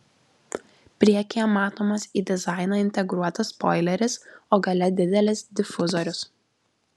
priekyje matomas į dizainą integruotas spoileris o gale didelis difuzorius